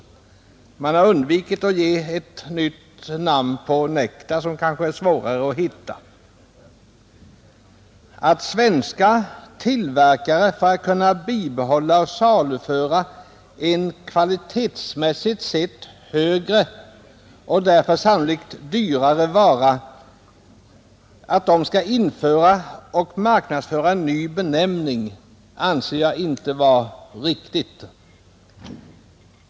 Däremot har man undvikit att ange ett nytt namn på nektar, kanske därför att det är svårare att hitta något sådant. Att svenska tillverkare för att kunna bibehålla och saluföra en kvalitetsmässigt bättre och därför sannolikt dyrare vara skall behöva använda och marknadsföra en ny benämning anser jag inte vara riktigt.